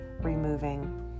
removing